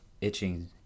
itching